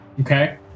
Okay